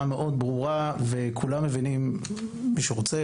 מאוד ברורה וכולם מבינים מי שרוצה,